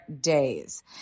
days